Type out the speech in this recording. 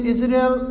Israel